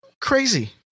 crazy